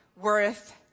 worth